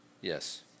Yes